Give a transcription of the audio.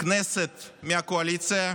הכנסת מהקואליציה,